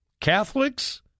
Catholics